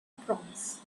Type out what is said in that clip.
proms